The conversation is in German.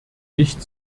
nicht